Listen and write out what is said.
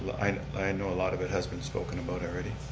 i know a lot of it has been spoken about already.